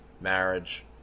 marriage